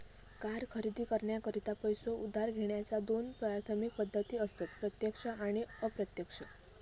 car खरेदी करण्याकरता पैसो उधार घेण्याच्या दोन प्राथमिक पद्धती असत प्रत्यक्ष आणि अप्रत्यक्ष